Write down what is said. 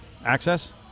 Access